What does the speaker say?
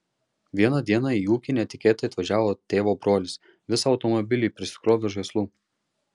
vieną dieną į ūkį netikėtai atvažiavo tėvo brolis visą automobilį prisikrovęs žaislų